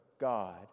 God